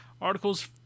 articles